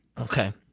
Okay